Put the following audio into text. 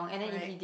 correct